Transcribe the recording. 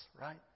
right